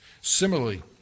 similarly